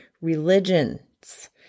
religions